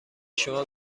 شما